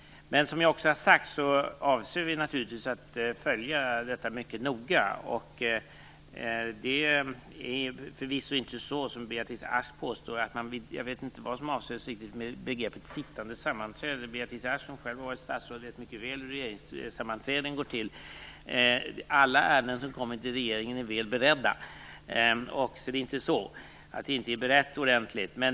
Men som jag också har sagt avser vi naturligtvis att följa detta mycket noga. Jag vet vidare inte riktigt vad Beatrice Ask här avser med begreppet "sittande sammanträde". Beatrice Ask, som själv har varit statsråd, vet mycket väl hur regeringssammanträden går till. Alla ärenden som kommer till regeringen är väl beredda. Det är inte så att ärendet inte är berett ordentligt.